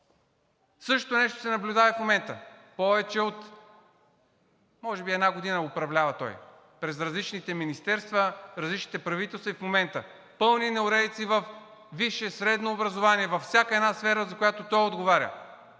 Същото нещо се наблюдава и в момента. Повече от може би една година управлява той, през различните министерства, различните правителства и в момента. Пълни неуредици във висше, средно образование – във всяка една сфера, за която той отговаря.